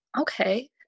Okay